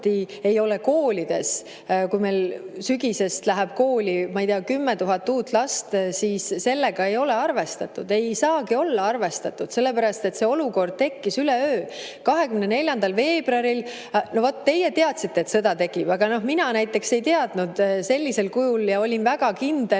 Samuti koolides. Kui meil sügisest läheb kooli, ma ei tea, 10 000 uut last, siis sellega ei ole arvestatud. Ei saagi olla arvestatud, sellepärast et see olukord tekkis üleöö, 24. veebruaril. No vot, teie teadsite, et sõda tuleb, aga mina näiteks ei teadnud sellisel kujul ja olin väga kindel